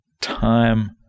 time